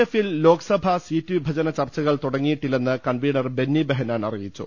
എഫിൽ ലോക്സഭാ സീറ്റുവിഭജന ചർച്ചകൾ തുടങ്ങി യിട്ടില്ലെന്ന് കൺവീനർ ബെന്നി ബെഹനാൻ അറിയിച്ചു